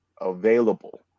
available